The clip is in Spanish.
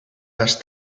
las